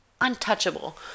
untouchable